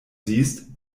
siehst